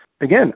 Again